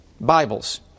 Bibles